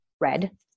red